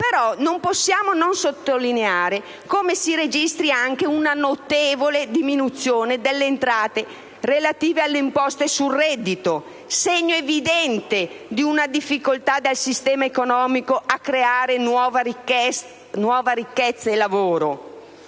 però non possiamo non sottolineare come si sia registrata anche una notevole diminuzione delle entrate relative alle imposte sul reddito, segno evidente di una difficoltà del sistema economico a creare nuova ricchezza e lavoro.